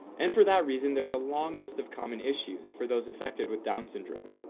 and for that reason there's a long list of common issues for those affected with down syndrome.